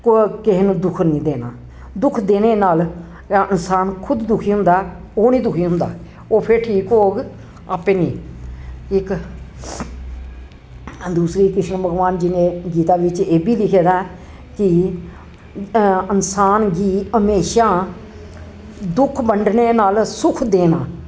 किहो नू दुख निं देनी दुख देने नाल इंसान खुद दुखी होंदा ओह् निं दुखी होंदा ओह् फिर ठीक होग आपें नेईं इक दूसरी कृष्ण भगवान गीता बिच्च एह् बी लिखे दा ऐ कि इंसान गी हमेशां दुख बंडने नाल सुख देना